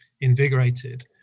invigorated